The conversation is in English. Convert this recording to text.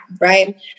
right